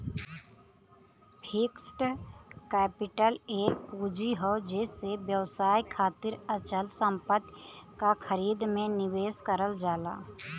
fixed capital एक पूंजी हौ जेसे व्यवसाय खातिर अचल संपत्ति क खरीद में निवेश करल जाला